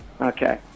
Okay